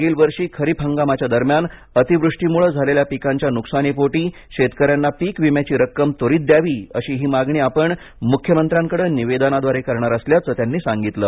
मागील वर्षी खरीप हंगामाच्या दरम्यान अतिवृष्टीमुळे झालेल्या पिकांच्या नुकसानीपोटी शेतकऱ्यांना पीक विम्याची रक्कम त्वरित द्यावी अशीही मागणी आपण मुख्यमंत्र्यांकडे निवदेनाद्वारे करणार असल्याचं त्यांनी सांगितलं